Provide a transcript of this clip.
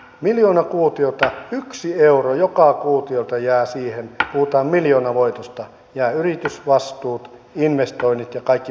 miljoona kuutiota yksi euro joka kuutiolta jää siihen puhutaan miljoonavoitosta jää yritysvastuut investoinnit ja kaikki pitäisi tehdä tällä